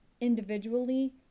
individually